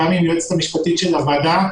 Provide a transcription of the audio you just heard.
גם עם היועצת המשפטית של הוועדה,